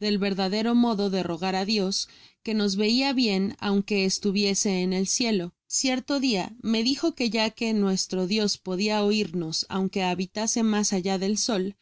del verdadero modo de rogar á dios que nos veia bien aunque estuviese en el cielo content from google book search generated at cierto dia me dijo que ya que nuestro dios podia oirnos aunque habitase mas allá del sol